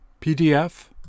PDF